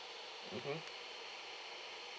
mmhmm